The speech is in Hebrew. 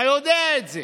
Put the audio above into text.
אתה יודע את זה.